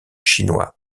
chinois